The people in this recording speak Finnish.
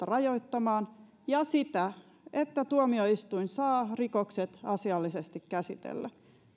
rajoittamaan ja sitä että tuomioistuin saa rikokset asiallisesti käsitellä